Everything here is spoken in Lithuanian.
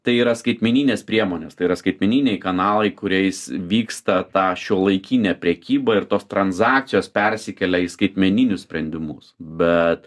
tai yra skaitmeninės priemonės tai yra skaitmeniniai kanalai kuriais vyksta ta šiuolaikinė prekyba ir tos transakcijos persikelia į skaitmeninius sprendimus bet